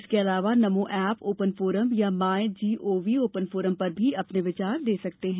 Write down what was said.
इसके अलावा Namo app open forum या माई जीओवी फोरम पर भी अपने विचार दे सकते हैं